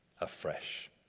afresh